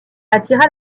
attira